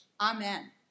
Amen